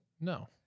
No